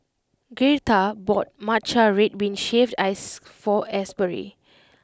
Gertha bought Matcha Red Bean Shaved Ice for Asbury